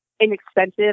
Inexpensive